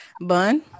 Bun